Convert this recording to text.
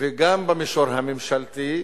וגם במישור הממשלתי,